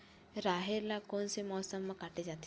राहेर ल कोन से मौसम म काटे जाथे?